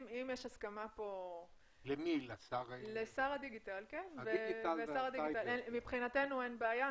אם יש הסכמה, מבחינתנו אין בעיה,